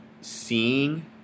seeing